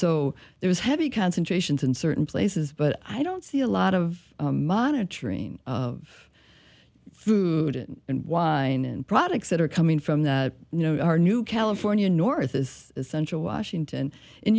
so there's heavy concentrations in certain places but i don't see a lot of monitoring food and wine and products that are coming from that you know our new california north is essential washington in